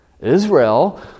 Israel